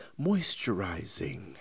moisturizing